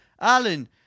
Alan